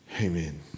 Amen